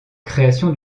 créations